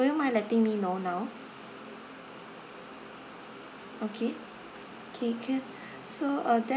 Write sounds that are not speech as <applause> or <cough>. will you mind letting me know now okay okay can <breath> so uh